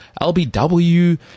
LBW